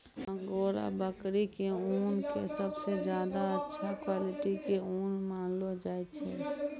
angora बकरी के ऊन कॅ सबसॅ ज्यादा अच्छा क्वालिटी के ऊन मानलो जाय छै